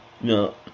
no